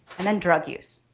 and then drug use.